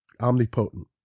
omnipotent